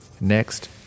Next